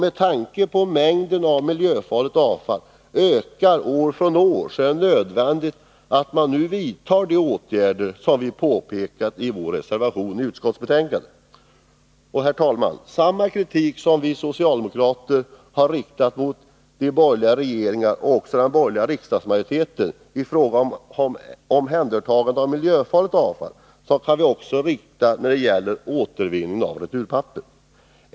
Med tanke på att mängden av miljöfarligt avfall ökar år för år är det nödvändigt att nu vidta de åtgärder som vi pekat på i vår reservation i utskottsbetänkandet. Herr talman! Samma kritik som vi socialdemokrater riktat mot de borgerliga regeringarna och mot den borgerliga riksdagsmajoriteten i fråga om omhändertagande av miljöfarligt avfall kan vi också rikta när det gäller återvinning av returpapper.